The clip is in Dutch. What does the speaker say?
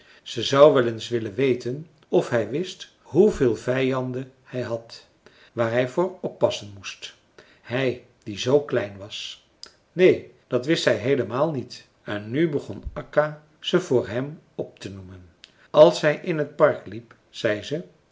ze zou wel eens willen weten of hij wist hoeveel vijanden hij had waar hij voor oppassen moest hij die zoo klein was neen dat wist hij heelemaal niet en nu begon akka ze voor hem op te noemen als hij in het park liep zei ze